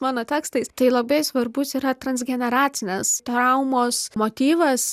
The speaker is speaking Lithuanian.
mano tekstais tai labai svarbus yra transgeneracinės traumos motyvas